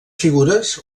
figures